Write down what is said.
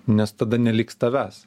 nes tada neliks tavęs